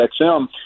XM